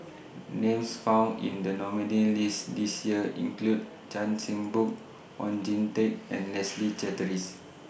Names found in The nominees' list This Year include Chan Chin Bock Oon Jin Teik and Leslie Charteris